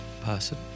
person